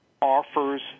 offers